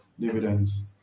dividends